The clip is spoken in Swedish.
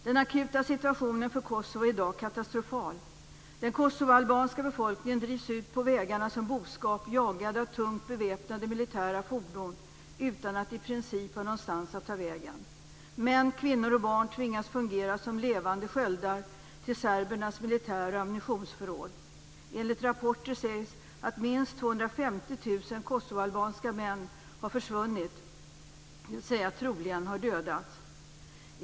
Den akuta situationen för Kosovo är i dag katastrofal. Den kosovoalbanska befolkningen drivs ut på vägarna som boskap, jagade av tungt beväpnade militära fordon utan att i princip ha någonstans att ta vägen. Män, kvinnor och barn tvingas fungera som levande sköldar till serbernas militär och ammunitionsförråd. I rapporter sägs att minst 250 000 kosovoalbanska män har försvunnit, dvs. de har troligen dödats.